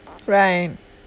right